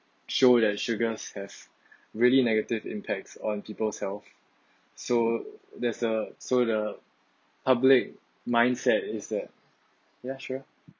show that sugars has really negative impacts on people's health so there's a so the public mindset is that ya sure